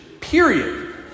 period